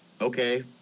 Okay